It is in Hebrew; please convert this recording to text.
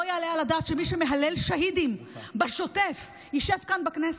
לא יעלה על הדעת שמי שמהלל שהידים בשוטף ישב כאן בכנסת.